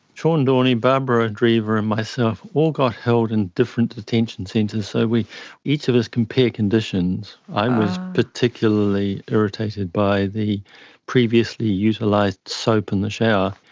sean dorney, barbara dreaver and myself all got held in different detention centres, so we each of us compare conditions. i was particularly irritated by the previously utilised like soap in the shower.